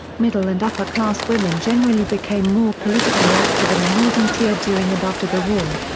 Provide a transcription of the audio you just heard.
middle and upper-class women generally became more politically active in the northern tier during and after the war.